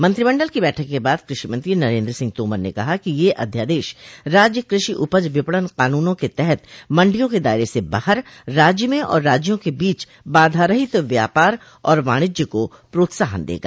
मंत्रिमंडल की बैठक के बाद कृषि मंत्री नरेन्द्र सिंह तोमर ने कहा कि यह अध्यादेश राज्य कृषि उपज विपणन कानूनों के तहत मंडियों के दायरे से बाहर राज्य में और राज्यों के बीच बाधारहित व्यापार और वाणिज्य को प्रोत्साहन देगा